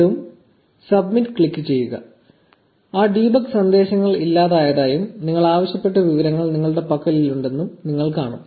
വീണ്ടും 'സബ്മിറ്റ്' ക്ലിക്കുചെയ്യുക ആ ഡീബഗ് സന്ദേശങ്ങൾ ഇല്ലാതായതായും നിങ്ങൾ ആവശ്യപ്പെട്ട വിവരങ്ങൾ നിങ്ങളുടെ പക്കലുണ്ടെന്നും നിങ്ങൾ കാണും